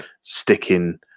sticking